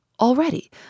Already